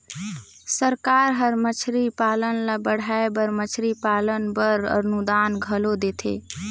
सरकार हर मछरी पालन ल बढ़ाए बर मछरी पालन बर अनुदान घलो देथे